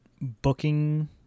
booking